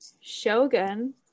shogun